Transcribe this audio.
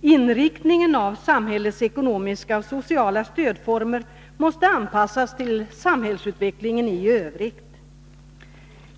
Inriktningen av samhällets ekonomiska och sociala stödformer måste anpassas till samhällsutvecklingen i övrigt.